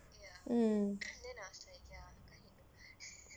mm